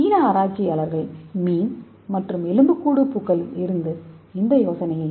சீன ஆராய்ச்சியாளர்கள் மீன் மற்றும் எலும்புக்கூடு பூக்களிடமிருந்து இந்த யோசனையைப் பெற்றனர்